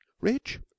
Rich